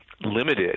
limited